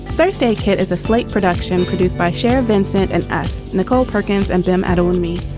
first aid kit is a slate production produced by cher, vincent and nicole perkins and them out on me.